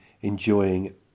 enjoying